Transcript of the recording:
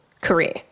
career